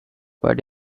but